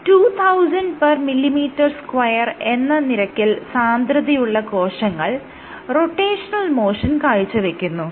2000mm2 എന്ന നിരക്കിൽ സാന്ദ്രതയുള്ള കോശങ്ങൾ റൊട്ടേഷണൽ മോഷൻ കാഴ്ചവെക്കുന്നു